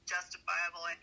Justifiable